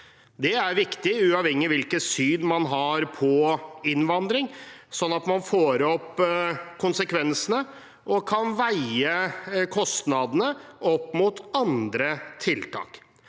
Det er viktig, uavhengig av hvilket syn man har på innvandring, slik at man får opp konsekvensene og kan veie kostnadene opp mot andre tiltak